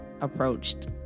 approached